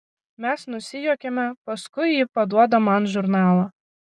mes nusijuokiame paskui ji paduoda man žurnalą